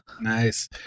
Nice